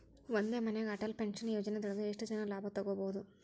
ಒಂದೇ ಮನ್ಯಾಗ್ ಅಟಲ್ ಪೆನ್ಷನ್ ಯೋಜನದೊಳಗ ಎಷ್ಟ್ ಜನ ಲಾಭ ತೊಗೋಬಹುದು?